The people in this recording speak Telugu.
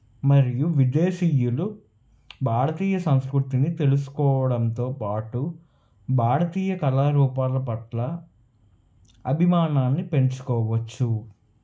మరియు విదేశీయులు భారతీయ సంస్కృతిని తెలుసుకోవడంతో పాటు భారతీయ కళారూపాల పట్ల అభిమానాన్ని పెంచుకోవచ్చు